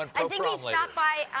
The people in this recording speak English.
um i think he stopped by,